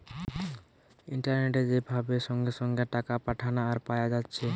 ইন্টারনেটে যে ভাবে সঙ্গে সঙ্গে টাকা পাঠানা আর পায়া যাচ্ছে